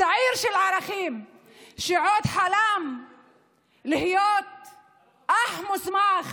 צעיר עם ערכים שחלם להיות אח מוסמך